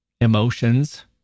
emotions